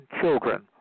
children